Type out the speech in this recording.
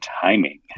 timing